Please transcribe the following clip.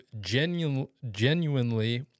genuinely